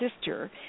sister